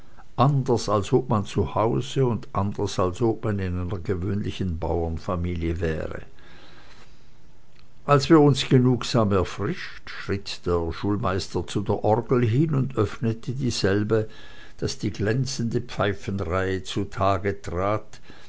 anders als ob man zu hause und anders als ob man in einer gewöhnlichen bauernfamilie wäre als wir uns genugsam erfrischt schritt der schulmeister zu der orgel hin und öffnete dieselbe daß die glänzende pfeifenreihe zutage trat